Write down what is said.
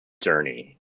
journey